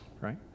right